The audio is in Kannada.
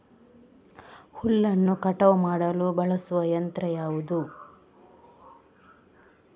ಹುಲ್ಲನ್ನು ಕಟಾವು ಮಾಡಲು ಬಳಸುವ ಯಂತ್ರ ಯಾವುದು?